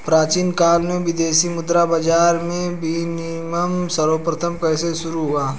प्राचीन काल में विदेशी मुद्रा बाजार में विनिमय सर्वप्रथम कैसे शुरू हुआ?